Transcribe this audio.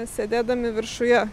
sėdėdami viršuje